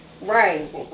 Right